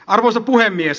arvoisa puhemies